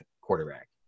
quarterback